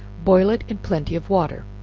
boil it in plenty of water,